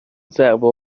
ضربه